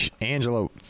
angelo